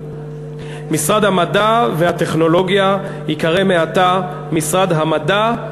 משרד המדע והטכנולוגיה ייקרא מעתה משרד המדע,